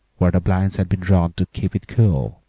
where the blinds had been drawn to keep it cool,